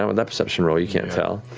um that perception roll. you can't tell.